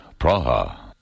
Praha